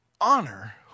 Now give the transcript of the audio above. Honor